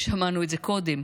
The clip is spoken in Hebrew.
ושמענו את זה קודם,